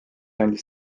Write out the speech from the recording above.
andis